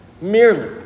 Merely